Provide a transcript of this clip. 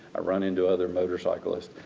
i run into other motorcyclists,